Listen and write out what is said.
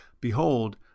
Behold